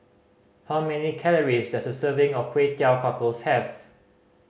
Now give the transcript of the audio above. how many calories does a serving of Kway Teow Cockles have